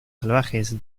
salvajes